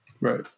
Right